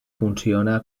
funciona